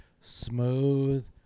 smooth